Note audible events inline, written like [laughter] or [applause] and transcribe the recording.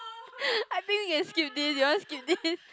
[laughs] I think you can skip this you want skip this